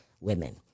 women